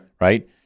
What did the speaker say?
Right